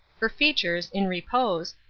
her features, in repose,